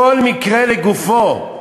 כל מקרה לגופו.